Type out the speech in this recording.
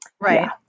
Right